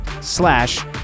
slash